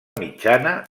mitjana